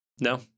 No